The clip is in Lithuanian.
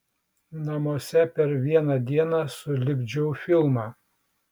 namuose per vieną dieną sulipdžiau filmą